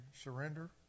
surrender